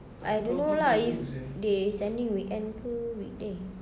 I don't know lah if they sending weekend ke weekday